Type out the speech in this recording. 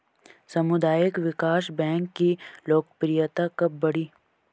सामुदायिक विकास बैंक की लोकप्रियता कब बढ़ी?